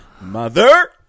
Mother